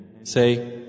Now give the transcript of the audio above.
say